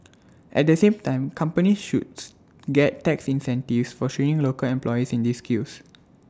at the same time companies should get tax incentives for training local employees in these skills